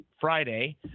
Friday